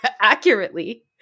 accurately